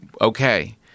okay